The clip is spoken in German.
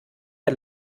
der